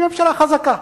היא ממשלה חזקה.